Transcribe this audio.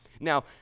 Now